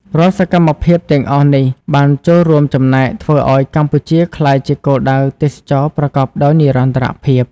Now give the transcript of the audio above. រាល់សកម្មភាពទាំងអស់នេះបានចូលរួមចំណែកធ្វើឱ្យកម្ពុជាក្លាយជាគោលដៅទេសចរណ៍ប្រកបដោយនិរន្តរភាព។